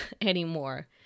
anymore